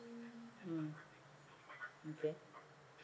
mm okay